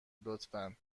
لطفا